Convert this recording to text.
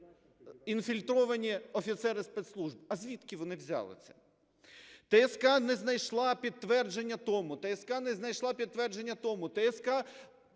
інфільтровані офіцери спецслужб. А звідки вони взялися? ТСК не знайшла підтвердження тому, ТСК не знайшла не знайшла підтвердження тому, ТСК